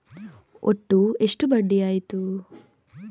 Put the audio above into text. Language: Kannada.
ಒಟ್ಟು ಎಷ್ಟು ಬಡ್ಡಿ ಆಯಿತು?